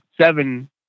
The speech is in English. seven